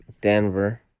denver